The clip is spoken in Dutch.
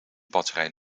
batterij